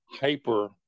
hyper